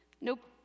Nope